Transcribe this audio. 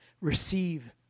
Receive